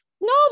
No